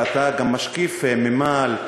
ואתה גם משקיף ממעל,